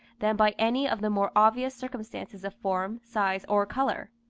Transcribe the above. than by any of the more obvious circumstances of form, size, or colour.